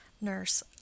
nurse